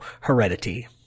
heredity